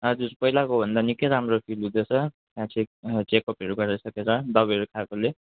हजुर पहिलाको भन्दा निकै राम्रो फिल हुँदैछ त्यहाँ चेक चेकअपहरू गराइसकेर दबाईहरू खाएकाले